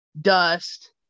dust